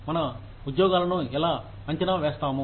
మన ఉద్యోగాలను ఎలా అంచనా వేస్తాము